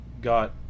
got